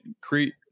create